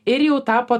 ir jau tapo